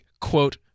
quote